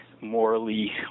morally